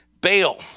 Bail